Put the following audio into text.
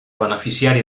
beneficiari